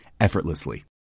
effortlessly